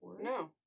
No